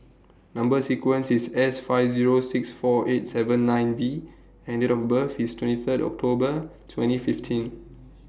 Number sequence IS S five Zero six four eight seven nine V and Date of birth IS twenty Third October twenty fifteen